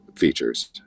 Features